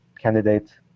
candidate